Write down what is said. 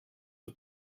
for